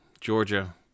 Georgia